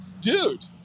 dude